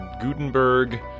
Gutenberg